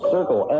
Circle